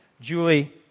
Julie